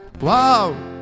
Wow